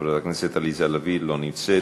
חברת הכנסת עליזה לביא, לא נמצאת.